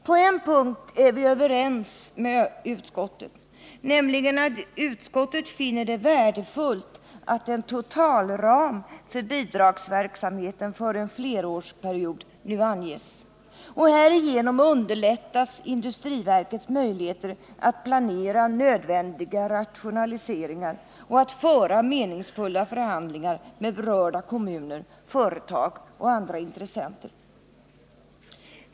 På en punkt är vi överens med utskottet, nämligen om att det är värdefullt att en totalram för bidragsverksamheten för en flerårsperiod nu anges. Härigenom underlättas industriverkets möjligheter att planera nödvändiga rationaliseringar och att föra meningsfulla förhandlingar med berörda kommuner, företag och andra intressenter.